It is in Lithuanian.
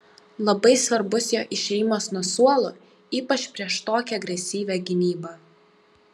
labai svarbus jo išėjimas nuo suolo ypač prieš tokią agresyvią gynybą